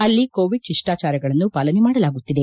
ಅಲ್ಲಿ ಕೋವಿಡ್ ಶಿಷ್ಟಾಚಾರಗಳನ್ನು ಪಾಲನೆ ಮಾಡಲಾಗುತ್ತಿದೆ